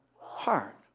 heart